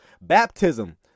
Baptism